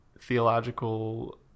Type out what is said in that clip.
theological